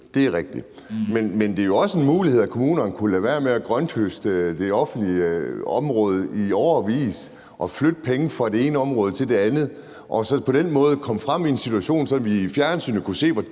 det er rigtigt. Det er også en mulighed, at kommunerne kunne lade være med at grønthøste det offentlige område i årevis og flytte penge fra det ene område til det andet og på den måde komme frem til en situation som den, vi kunne se